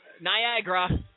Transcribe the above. Niagara